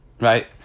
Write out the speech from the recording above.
right